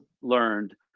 learned